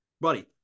Buddy